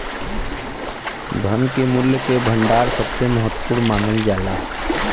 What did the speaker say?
धन के मूल्य के भंडार सबसे महत्वपूर्ण मानल जाला